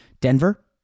Denver